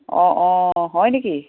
অঁ অঁ হয় নেকি